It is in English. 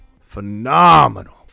phenomenal